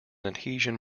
adhesion